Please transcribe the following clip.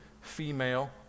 female